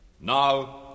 Now